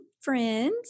friends